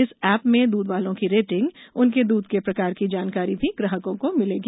इस एप में दूधवालों की रेटिंग उनके दूध के प्रकार की जानकारी भी ग्राहको को मिलेगी